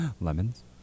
Lemons